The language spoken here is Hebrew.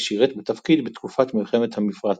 ושירת בתפקיד בתקופת מלחמת המפרץ.